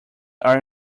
are